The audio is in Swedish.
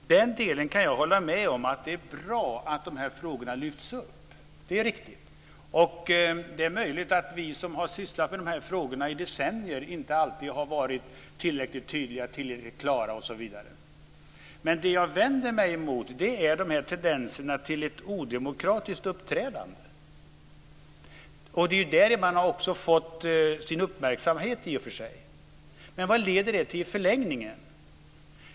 Fru talman! Den delen kan jag hålla med om. Det är bra att dessa frågor lyfts upp. Det är riktigt. Det är möjligt att vi som har sysslat med dessa frågor i decennier inte alltid har varit tillräckligt tydliga, tillräckligt klara osv. Men det jag vänder mig emot är tendenserna till ett odemokratiskt uppträdande. Det är i och för sig därigenom man har fått sin uppmärksamhet, men vad leder det till i förlängningen?